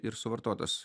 ir suvartotas